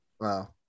wow